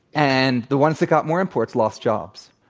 and the ones that got more imports lost jobs.